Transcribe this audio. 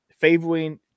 favoring